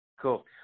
Cool